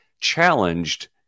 challenged